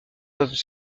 peuvent